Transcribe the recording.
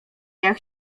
jak